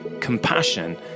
compassion